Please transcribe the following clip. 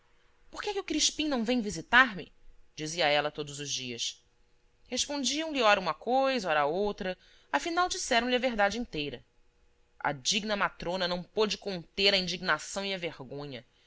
por que é que o crispim não vem visitar-me dizia ela todos os dias respondiam-lhe ora uma coisa ora outra afinal disseram-lhe a verdade inteira a digna matrona não pôde conter a indignação e a vergonha